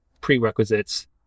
prerequisites